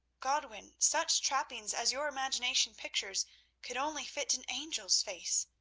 godwin, such trappings as your imagination pictures could only fit an angel's face.